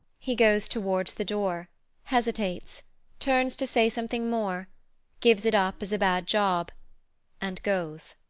he goes towards the door hesitates turns to say something more gives it up as a bad job and goes.